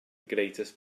greatest